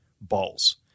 balls